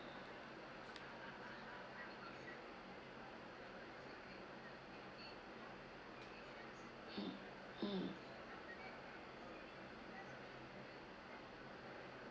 mm mm